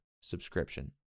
subscription